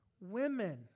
women